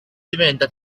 diventa